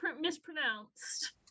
mispronounced